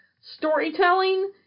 Storytelling